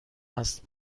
است